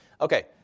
Okay